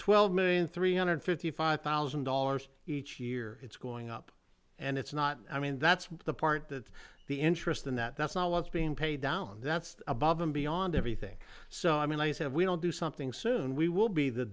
twelve million three hundred fifty five thousand dollars each year it's going up and it's not i mean that's the part that the interest in that that's not what's being paid down that's above and beyond everything so i mean i said we don't do something soon we will be the